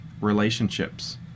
relationships